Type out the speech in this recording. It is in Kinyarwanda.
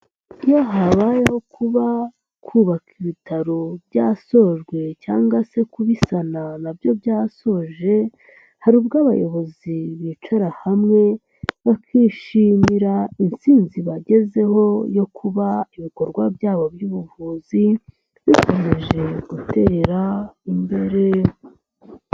Iyo habayeho kuba kubaka ibitaro byasojwe cyangwa se kubisana na byo byasoje, hari ubwo abayobozi bicara hamwe bakishimira intsinzi bagezeho yo kuba ibikorwa byabo by'ubuvuzi bikomeje gutera imbere.